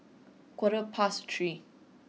quarter past three